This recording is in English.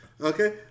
okay